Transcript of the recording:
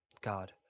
God